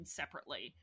separately